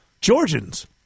Georgians